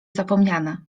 zapomniane